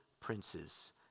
princes